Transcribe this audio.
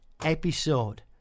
episode